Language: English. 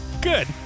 Good